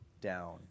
down